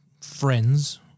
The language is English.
friends